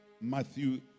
Matthew